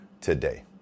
today